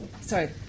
sorry